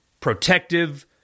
protective